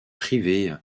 privée